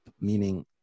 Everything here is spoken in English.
meaning